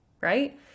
right